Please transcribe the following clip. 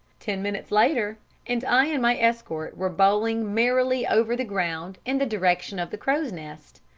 ten minutes later and i and my escort were bowling merrily over the ground in the direction of the crow's nest.